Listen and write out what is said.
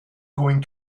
going